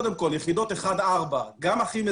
הדוגמה הקלאסית היא יחידות אחת עד ארבע באורות